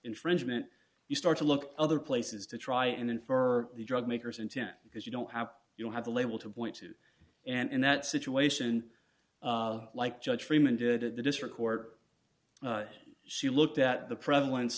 infringement you start to look other places to try and infer the drugmakers intent because you don't have you don't have a label to point to and in that situation like judge freeman did at the district court she looked at the prevalence